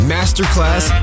Masterclass